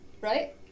right